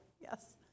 yes